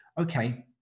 okay